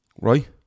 right